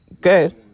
Good